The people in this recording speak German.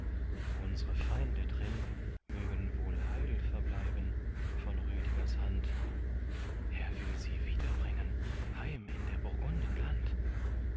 unsre feinde drin mögen wohl heil verbleiben von rüdigers hand er will sie wiederbringen heim in der burgunden land